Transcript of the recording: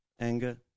anger